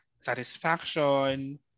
satisfaction